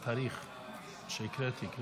ההצעה להעביר את הצעת חוק לתיקון